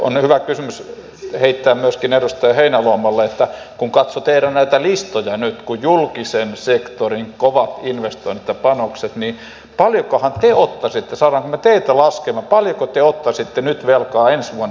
on hyvä kysymys heittää myöskin edustaja heinäluomalle että kun katsoi näitä teidän listojanne nyt julkisen sektorin kovia investointeja ja panoksia niin saammeko me teitä laskemaan paljonko te ottaisitte velkaa ensi vuonna